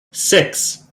six